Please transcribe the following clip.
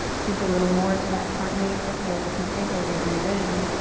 sink a little more into that front knee, front knee over front ankle as you breathe in.